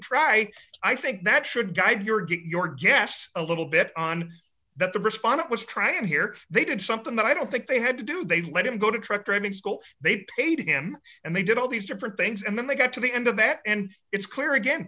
try i think that should guide your get your guests a little bit on that the respondent was trying here they did something that i don't think they had to do they let him go to truck driving school they paid him and they did all these different things and then they got to the end of that and it's clear again